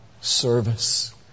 service